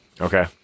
Okay